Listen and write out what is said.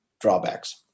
drawbacks